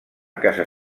casa